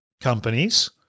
companies